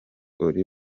uri